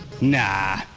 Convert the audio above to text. Nah